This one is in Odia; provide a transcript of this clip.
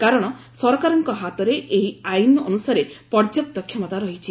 କାରଣ ସରକାରଙ୍କ ହାତରେ ଏହି ଆଇନ ଅନୁସାରେ ପର୍ଯ୍ୟାପ୍ତ କ୍ଷମତା ରହିଛି